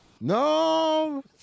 no